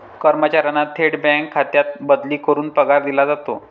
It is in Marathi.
कर्मचाऱ्यांना थेट बँक खात्यात बदली करून पगार दिला जातो